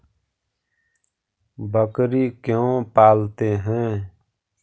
बकरी क्यों पालते है?